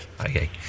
Okay